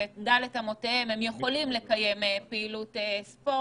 ב-ד' אמותיהם הם יכולים לארגן פעילות ספורט,